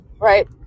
right